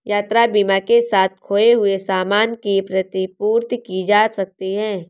यात्रा बीमा के साथ खोए हुए सामान की प्रतिपूर्ति की जा सकती है